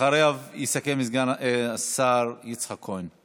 אחריו יסכם סגן השר יצחק כהן.